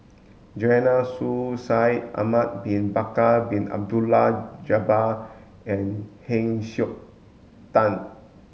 Joanne Soo Shaikh Ahmad bin Bakar Bin Abdullah Jabbar and Heng Siok Dan